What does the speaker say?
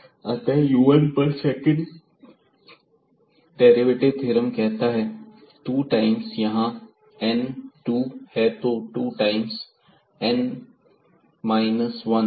अतः u1 पर second derivative theorem कहता है 2 टाइम्स यहां n 2 है तो 2 टाइम्स और n माइनस 11 है